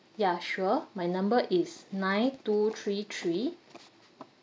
ya sure my number is nine two three three